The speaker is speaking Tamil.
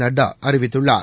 நட்டா அறிவித்துள்ளார்